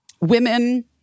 women